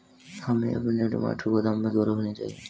हमें अपने टमाटर गोदाम में क्यों रखने चाहिए?